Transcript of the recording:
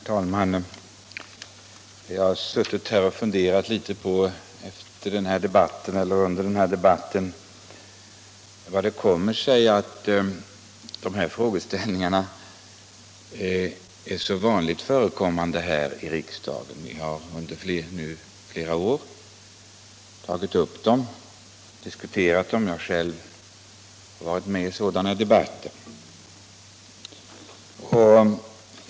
Herr talman! Jag har under den här debatten suttit och funderat litet I vad det beror på att de här frågeställningarna är så vanliga i riksdagen. Vi har nu under flera år tagit upp dem till diskussion. Jag har själv | varit med i sådana debatter.